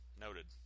Noted